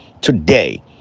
Today